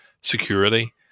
security